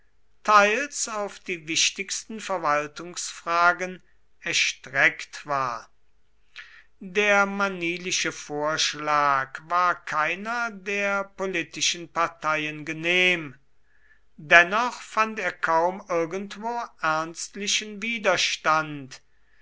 teils auf die wichtigsten verwaltungsfragen erstreckt war der manilische vorschlag war keiner der politischen parteien genehm dennoch fand er kaum irgendwo ernstlichen widerstand